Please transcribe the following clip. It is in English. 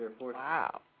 Wow